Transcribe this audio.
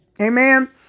amen